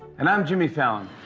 and i'm jimmy fallon.